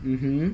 mmhmm